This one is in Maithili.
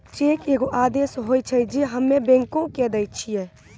चेक एगो आदेश होय छै जे हम्मे बैंको के दै छिये